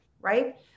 right